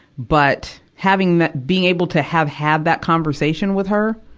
but, having that, being able to have had that conversation with her,